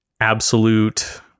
absolute